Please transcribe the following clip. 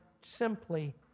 simply